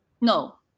no